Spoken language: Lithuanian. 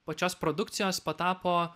pačios produkcijos patapo